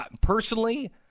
Personally